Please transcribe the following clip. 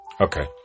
Okay